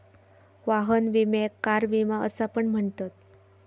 वाहन विम्याक कार विमा असा पण म्हणतत